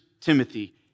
Timothy